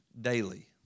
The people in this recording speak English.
daily